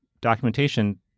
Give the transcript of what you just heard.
documentation